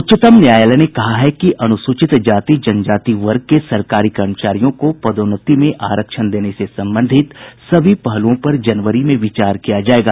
उच्चतम न्यायालय ने कहा है कि अनुसूचित जाति जनजाति वर्ग के सरकारी कर्मचारियों को पदोन्नति में आरक्षण देने से संबंधित सभी पहलूओं पर जनवरी में विचार किया जायेगा